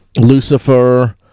Lucifer